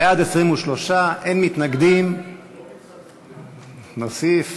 למניעת הטרדה מינית (תיקון מס' 13),